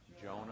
Jonah